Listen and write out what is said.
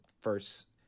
first